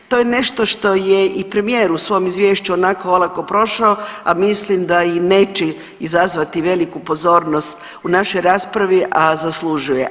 To je nešto što je i premijer u svom izvješću onako olako prošao, a mislim da i neće izazvati veliku pozornost u našoj raspravi, a zaslužuje.